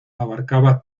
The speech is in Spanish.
abarcaba